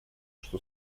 что